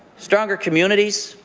stronger communities,